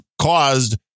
caused